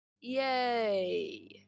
yay